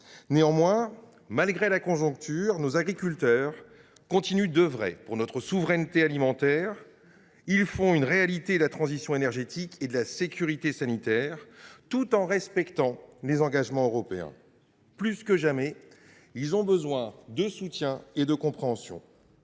Néanmoins, malgré la conjoncture, nos agriculteurs continuent d’œuvrer pour notre souveraineté alimentaire, tout en faisant une réalité de la transition énergétique et de la sécurité sanitaire et en respectant nos engagements européens. Plus que jamais, ils ont besoin de soutien et de compréhension.